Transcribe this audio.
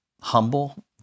humble